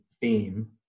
theme